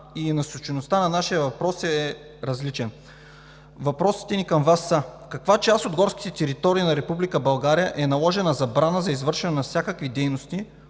и насочеността на нашия въпрос е различена. Въпросите ни към Вас са: в каква част от горските територии на Република България е наложена забрана за извършване на всякакви дейности,